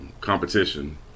competition